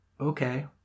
Okay